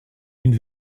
une